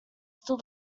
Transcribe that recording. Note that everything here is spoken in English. still